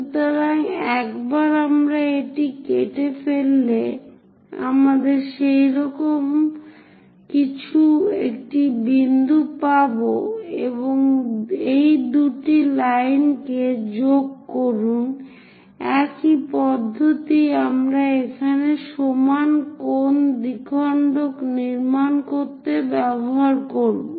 সুতরাং একবার আমরা এটি কেটে ফেললে আমাদের সেইরকম এই রকম কিছু একটি বিন্দু পাব এবং এই দুটি লাইন কে যোগ করুন একই পদ্ধতি আমরা এখানে সমান কোণ দ্বিখন্ডক নির্মাণ করতে ব্যবহার করব